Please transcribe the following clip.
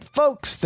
folks